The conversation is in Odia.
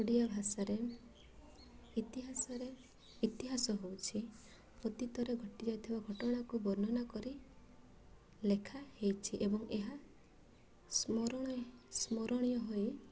ଓଡ଼ିଆ ଭାଷାରେ ଇତିହାସରେ ଇତିହାସ ହଉଛି ଅତୀତରେ ଘଟିଯାଇଥିବା ଘଟଣାକୁ ବର୍ଣ୍ଣନା କରି ଲେଖାହୋଇଛି ଏବଂ ଏହା ସ୍ମରଣ ସ୍ମରଣୀୟ ହୋଇ